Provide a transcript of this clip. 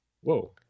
whoa